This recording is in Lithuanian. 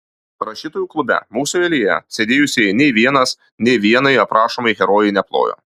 rašytojų klube mūsų eilėje sėdėjusieji nė vienas nė vienai aprašomai herojai neplojo